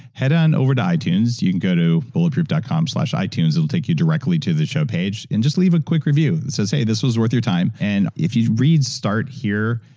head on over to itunes. you can got to bulletproof dot com slash itunes. it'll take you directly to the show page. and just leave a quick review that says, hey, this was worth your time. and if you read start here,